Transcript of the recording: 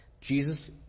Jesus